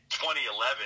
2011